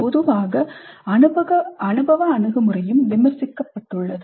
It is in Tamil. பொதுவாக அனுபவ அணுகுமுறையும் விமர்சிக்கப்பட்டுள்ளது